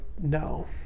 no